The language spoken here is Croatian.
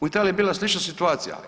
U Italiji je bila slična situacija.